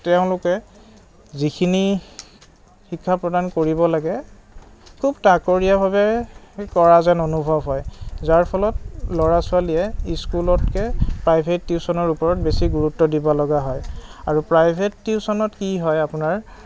তেওঁলোকে যিখিনি শিক্ষা প্ৰদান কৰিব লাগে খুব তাকৰীয়াভাৱে সেই কৰা যেন অনুভৱ হয় যাৰ ফলত ল'ৰা ছোৱালীয়ে স্কুলতকৈ প্ৰাইভেট টিউশ্যনৰ ওপৰত বেছি গুৰুত্ব দিব লগা হয় আৰু প্ৰাইভেট টিউশ্যনত কি হয় আপোনাৰ